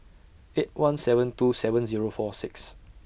eight one seven two seven Zero four six